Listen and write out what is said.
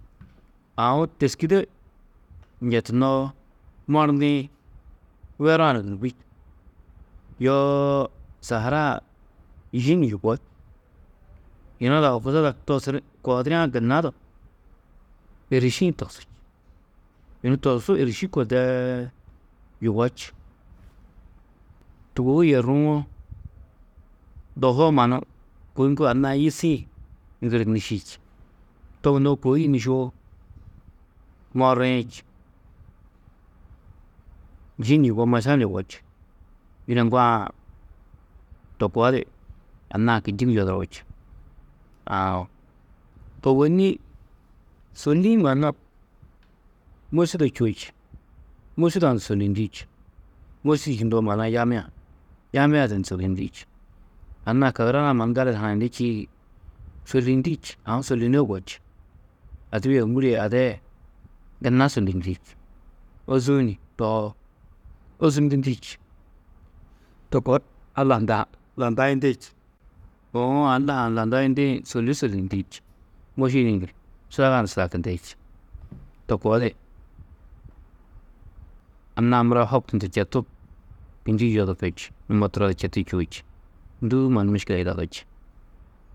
Aũ têskide njetunoó morndiĩ, weru-ã ni yoo saharaa yî ni yugó, yunu ada horkusa ada togusidi kohudiriã gunna du êriši-ĩ tosú. Yunu tosu êriši koo dee yugó či, tûgohu yeruwo dohuo mannu kôi ŋgo anna-ã yîsĩ ŋgiri nîši či, to gunnoó kôi hi nîšoo morriĩ či, yî ni yugó, maša ni yugó či, dîne ŋgoo-ã to koo di anna-ã kînjigi yoduro či, aã, ôwonni sôlli-ĩ mannu môšide čûo či, mòšide-ã du sôlliyindi či, môšidi čundoo maana-ã yamia. Yamia-ã du ni sôlliyindi či, anna-ã kagurad-ã mannu gali di hanayundu čîidi sôlliyindi či, aũ sôlliyunó yugó či. Adibi yê ômuri yê ada yê gunna sôlliyindi či, Ôzuũ tohoo, ôzumnjindi či, to koo Alla hundã landayindi či, uũ Alla ha ni landayindĩ sôlli sôlliyindi či, môšidi-ĩ du, sudaga ni sudakindi či, to koo di anna-ã mura hoktundu četu kînjigi yodirki či, numo turo di četu čûo či, ndûu mannu miškile yidadúú či.